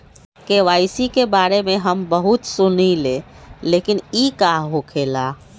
KYC के बारे में हम बहुत सुनीले लेकिन इ का होखेला?